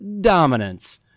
dominance